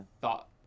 thought